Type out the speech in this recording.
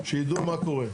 שיידעו מה קורה.